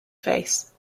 face